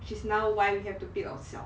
she's now why we have to pay ourself